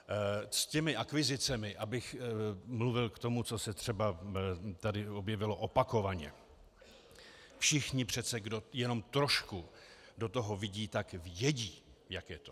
S těmi akvizicemi, abych mluvil k tomu, co se třeba tady objevilo opakovaně, všichni přece, kdo jenom trošku do toho vidí, vědí, jak je to.